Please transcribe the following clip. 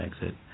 exit